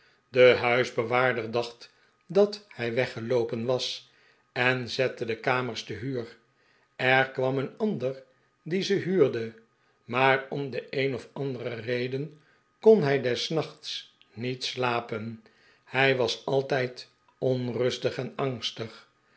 de huisbewaarder dacht dat hij weggeloopen was en zette de kamers te huur er kwam een ander die ze huurde maar om de een of andere reden kori hij des nachts niet slapenj hij was altijd onrustig en angstig